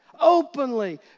openly